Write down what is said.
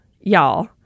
y'all